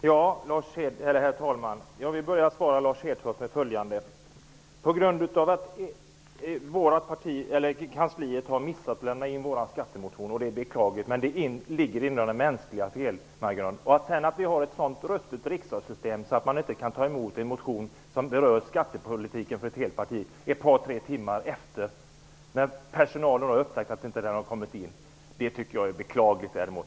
Herr talman! Jag vill börja med att svara Lars Hedfors med följande: Vårt kansli har missat att lämna in vår skattemotion. Det är beklagligt, men det ligger inom den mänskliga felmarginalen. Att vi sedan har ett så ruttet riksdagssystem att man inte ett par tre timmar för sent, när personalen har upptäckt att en motion inte har lämnats in, kan ta emot ett partis motion som berör skattepolitiken tycker jag är beklagligt.